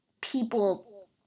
people